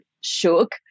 shook